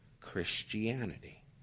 Christianity